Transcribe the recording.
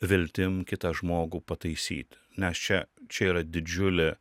viltim kitą žmogų pataisyt nes čia čia yra didžiulė